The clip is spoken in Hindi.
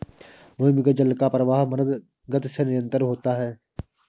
भूमिगत जल का प्रवाह मन्द गति से निरन्तर होता है